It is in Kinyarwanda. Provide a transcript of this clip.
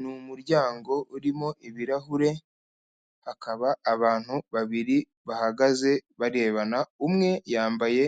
Ni umuryango urimo ibirahure, hakaba abantu babiri bahagaze barebana, umwe yambaye